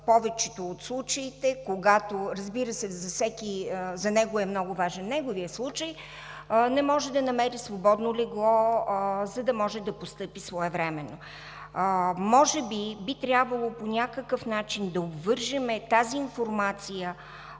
повечето от случаите – разбира се, за него е много важен неговият случай, не може да намери свободно легло, за да може да постъпи своевременно. Може би би трябвало по някакъв начин да обвържем тази информация,